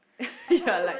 you are like